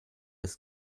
des